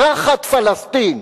"ראחת" פלסטין.